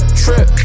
trip